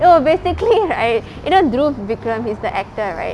no basically right you know dhruv vikram he is the actor right